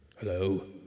Hello